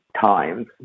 times